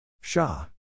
Shah